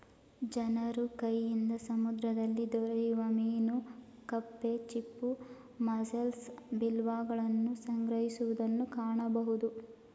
ಜನರು ಕೈಯಿಂದ ಸಮುದ್ರದಲ್ಲಿ ದೊರೆಯುವ ಮೀನು ಕಪ್ಪೆ ಚಿಪ್ಪು, ಮಸ್ಸೆಲ್ಸ್, ಬಿವಾಲ್ವಗಳನ್ನು ಸಂಗ್ರಹಿಸುವುದನ್ನು ಕಾಣಬೋದು